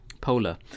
Polar